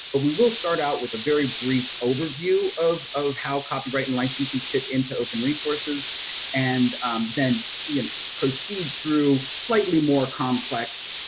but we will start out with a very brief overview of of how copyright and licensing fit into open resources and then proceed through slightly more complex,